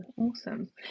awesome